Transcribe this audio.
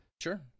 Sure